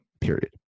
Period